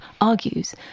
argues